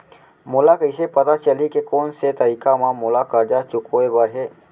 मोला कइसे पता चलही के कोन से तारीक म मोला करजा चुकोय बर हे?